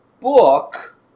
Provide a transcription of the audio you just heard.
book